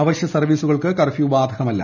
അവശ്യ സർവ്വീസുകൾക്ക് കർഫ്യൂ ബാധകമല്ല